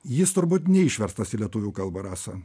jis turbūt neišverstas į lietuvių kalbą rasa